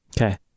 Okay